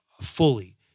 fully